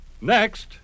Next